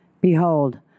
Behold